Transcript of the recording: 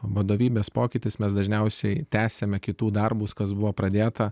vadovybės pokytis mes dažniausiai tęsiame kitų darbus kas buvo pradėta